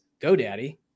GoDaddy